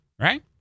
Right